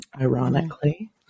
Ironically